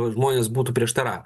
žmonės būtų prieštaravę